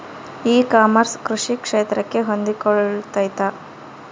E commerce ಕೃಷಿ ಕ್ಷೇತ್ರಕ್ಕೆ ಹೊಂದಿಕೊಳ್ತೈತಾ?